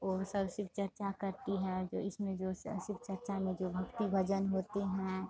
ओह सब शिव चर्चा करती हैं जो इसमें जो शिव चर्चा में जो भक्ति भजन होते हैं